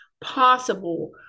possible